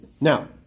Now